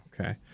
Okay